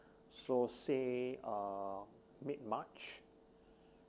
so say uh mid march